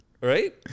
Right